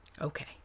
Okay